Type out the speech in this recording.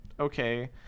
okay